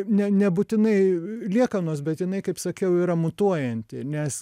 ne nebūtinai liekanos bet jinai kaip sakiau yra mutuojanti nes